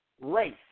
race